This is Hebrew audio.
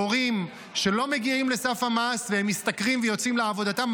הורים שלא מגיעים לסף המס והם משתכרים ויוצאים לעבודתם,